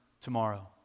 tomorrow